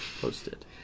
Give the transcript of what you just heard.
posted